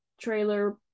trailer